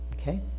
Okay